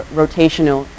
rotational